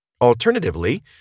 Alternatively